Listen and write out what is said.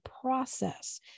process